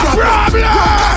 problem